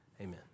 Amen